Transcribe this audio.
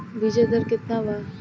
बीज दर केतना वा?